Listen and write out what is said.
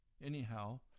Anyhow